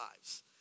lives